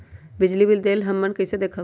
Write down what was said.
बिजली बिल देल हमन कईसे देखब?